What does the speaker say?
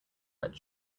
red